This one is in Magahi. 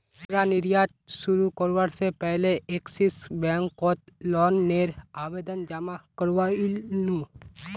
कपड़ा निर्यात शुरू करवा से पहले एक्सिस बैंक कोत लोन नेर आवेदन जमा कोरयांईल नू